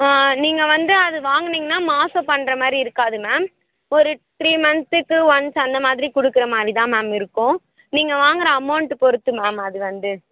நீங்கள் வந்து அதை வாங்குனீங்கன்னா மாதம் பண்ணுற மாதிரி இருக்காது மேம் ஒரு த்ரீ மந்த்துக்கு ஒன்ஸ் அந்த மாதிரி கொடுக்குற மாதிரி தான் மேம் இருக்கும் நீங்கள் வாங்குகிற அமௌண்ட் பொறுத்து மேம் அது வந்து